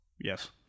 Yes